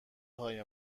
های